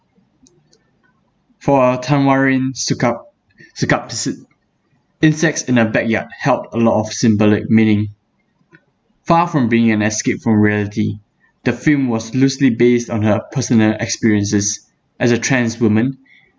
for our tanwarin sukkhap~ sukkhapisit insects in the backyard held a lot of symbolic meaning far from being an escape from reality the film was loosely based on her personal experiences as a trans women